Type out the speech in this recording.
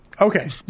Okay